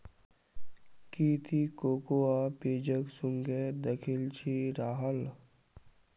की ती कोकोआ बीजक सुंघे दखिल छि राहल